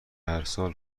هرسال